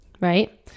right